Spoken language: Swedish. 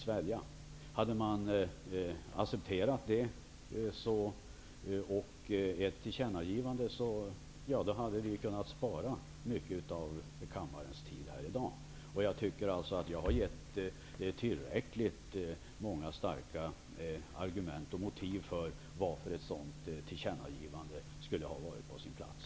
Om man hade accepterat dem och ett tillkännagivande, hade vi kunnat spara mycket av kammarens tid i dag. Jag anser att jag har gett tillräckligt många starka argument för och motiv till att ett sådant tillkännagivande skulle ha varit på sin plats.